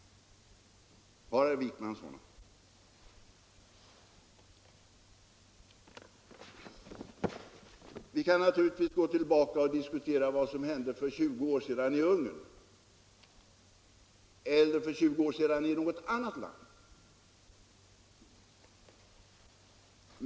Har herr Wijkman sådana bevis? Vi kan naturligtvis gå tillbaka i tiden och diskutera vad som hände för 20 år sedan i Ungern eller i något annat land.